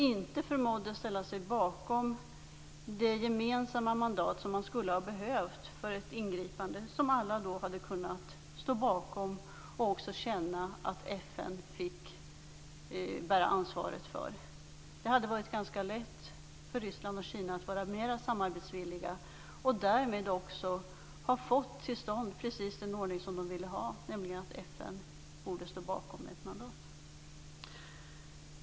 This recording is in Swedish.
De förmådde inte ställa sig bakom det gemensamma mandat som skulle ha behövts för ett ingripande som alla hade kunnat stå bakom och kunnat känna att FN fick bära ansvaret för. Det hade varit ganska lätt för Ryssland och Kina att vara mer samarbetsvilliga och därmed också få till stånd precis den ordning som de ville ha, nämligen att FN borde stå bakom ett mandat.